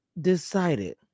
decided